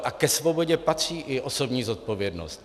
A ke svobodě patří i osobní zodpovědnost.